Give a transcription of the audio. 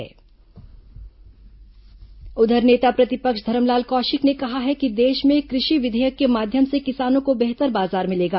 कृषि विधेयक पैदल मार्च उधर नेता प्रतिपक्ष धरमलाल कौशिक ने कहा है कि देश में कृषि विधेयक के माध्यम से किसानों को बेहतर बाजार मिलेगा